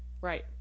right